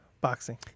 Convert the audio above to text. boxing